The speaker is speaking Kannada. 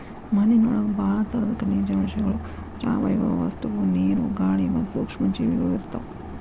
ಮಣ್ಣಿನೊಳಗ ಬಾಳ ತರದ ಖನಿಜಾಂಶಗಳು, ಸಾವಯವ ವಸ್ತುಗಳು, ನೇರು, ಗಾಳಿ ಮತ್ತ ಸೂಕ್ಷ್ಮ ಜೇವಿಗಳು ಇರ್ತಾವ